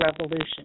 revolution